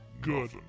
Good